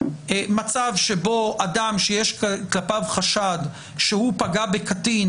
מצב שבו אדם שיש כלפיו חשד שהוא פגע בקטין